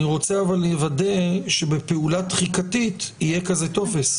אני רוצה לוודא שבפעולה תחיקתית יהיה טופס כזה.